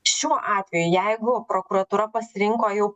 šiuo atveju jeigu prokuratūra pasirinko jau